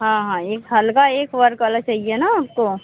हाँ हाँ एक हलवा एक वर्क वाला चाहिए ना आपको